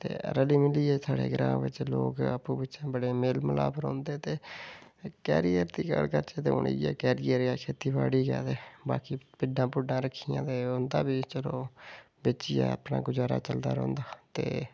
ते रली मिलियै साढ़े ग्रां बिच्च लोग आपूं बिच्चें बड़े मेल मिलाप नै रौंहदे ते कैरियर दी गल्ल करचै ते हून इयै कैरियर ऐ खेतीबाड़ी गै ते बाकी भिड्डां भुड्डां रक्खी दियां ते उं'दा बी चलो बेचियै अपना गुजारा चलदा रौहंदा ते